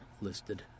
listed